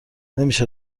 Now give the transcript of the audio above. نمیشه